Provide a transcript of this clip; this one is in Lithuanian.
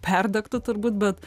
perdegtų turbūt bet